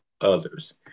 others